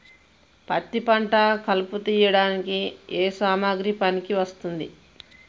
పత్తి పంట కలుపు తీయడానికి ఏ సామాగ్రి పనికి వస్తుంది?